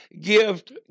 gift